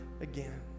again